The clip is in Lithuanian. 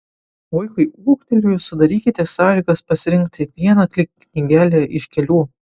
vaikui ūgtelėjus sudarykite sąlygas pasirinkti vieną knygelę iš kelių